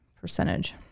percentage